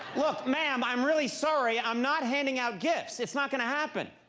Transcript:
look, ma'am, i'm really sorry. i'm not handing out gifts. it's not gonna happen.